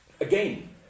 again